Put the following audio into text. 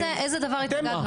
איזו עמדה רשמית?